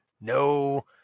no